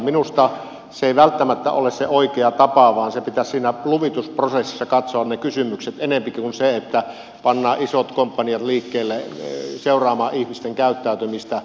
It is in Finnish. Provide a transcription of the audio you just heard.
minusta se ei välttämättä ole se oikea tapa vaan pitäisi siinä luvitusprosessissa katsoa ne kysymykset ennemmin kuin panna isot komppaniat liikkeelle seuraamaan ihmisten käyttäytymistä